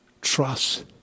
trust